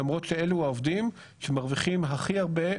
למרות שאלו העובדים שמרוויחים הכי הרבה,